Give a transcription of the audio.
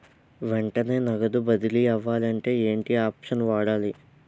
వెంటనే నగదు బదిలీ అవ్వాలంటే ఏంటి ఆప్షన్ వాడాలి?